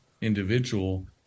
individual